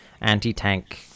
anti-tank